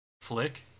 flick